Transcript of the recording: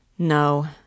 No